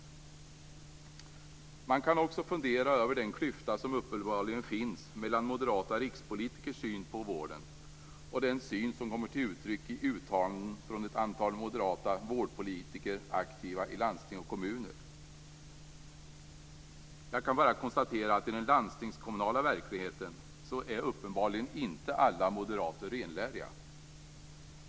Man kan också fundera över den klyfta som uppenbarligen finns mellan moderata rikspolitikers syn på vården och den syn som kommer till uttryck i uttalanden från ett antal moderata vårdpolitiker aktiva i landsting och kommuner. Jag kan bara konstatera att i den landstingskommunala verkligheten är uppenbarligen inte alla moderater renläriga.